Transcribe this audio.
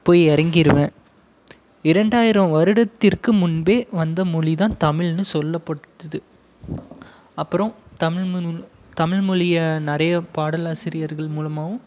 போய் இறங்கிருவேன் இரண்டாயிரம் வருடத்திற்கு முன்பே வந்த மொழிதான் தமிழ்னு சொல்லப்படுது அப்புறம் தமிழ் தமிழ் மொழியை நிறைய பாடல் ஆசிரியர்கள் மூலமாகவும்